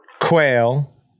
quail